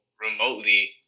remotely